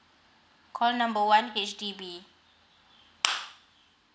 call number one H_D_B